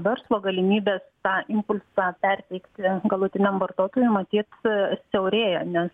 verslo galimybės tą impulsą perteikti galutiniam vartotojui matyt siaurėja nes